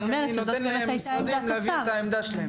אני אומרת שזו הייתה עמדת השר.